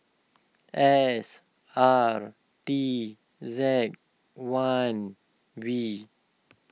S R T Z one V